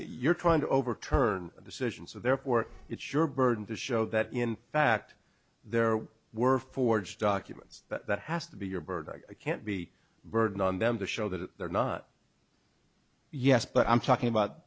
you're trying to overturn the decision so therefore it's your burden to show that in fact there were forged documents that has to be your bird i can't be burden on them to show that they're not yes but i'm talking about